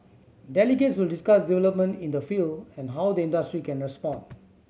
delegates will discuss development in the field and how the industry can respond